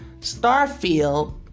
Starfield